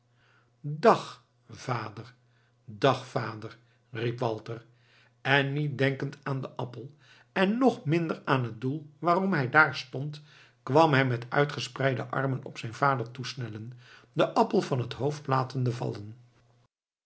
dag vader dag vader riep walter en niet denkend aan den appel en nog veel minder aan het doel waarom hij daar stond kwam hij met uitgespreide armen op zijn vader toesnellen den appel van het hoofd latende vallen